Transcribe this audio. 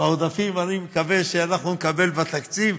אני מקווה שמהעודפים אנחנו נקבל בתקציב.